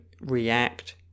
react